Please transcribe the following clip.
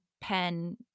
pen